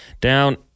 down